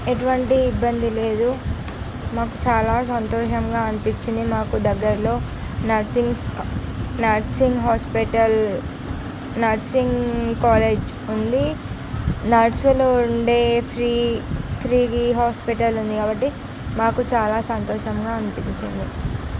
ఎటువంటి ఇబ్బంది లేదు మాకు చాలా సంతోషంగా అనిపించింది మాకు దగ్గరలో నర్సింగ్ హాస్పిటల్ నర్సింగ్ కాలేజ్ ఉంది నర్సులు ఉండే ఫ్రీ ఫ్రీవి హాస్పిటల్ ఉంది కాబట్టి మాకు చాలా సంతోషంగా అనిపించింది